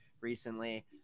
recently